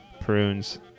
prunes